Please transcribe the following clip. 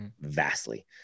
vastly